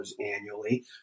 annually